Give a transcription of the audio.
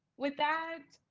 with that,